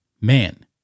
Man